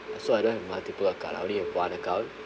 so I don't have multiple account I only have one account